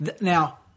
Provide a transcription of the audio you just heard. Now